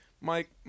Mike